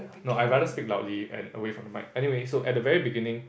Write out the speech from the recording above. no I rather speak loudly and away from the mic anyway so at the very beginning